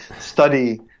study